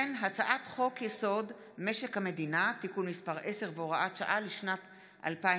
הצעת חוק-יסוד: משק המדינה (תיקון מס' 10 והוראת שעה לשנת 2020)